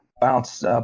bounce